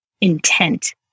intent